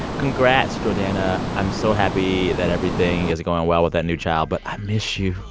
congrats, jordana. i'm so happy that everything is going well with that new child. but i miss you.